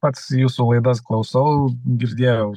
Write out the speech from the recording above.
pats jūsų laidas klausau girdėjau